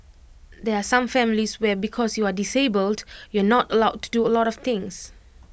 there are some families where because you are disabled you are not allowed to do A lot of things